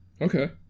okay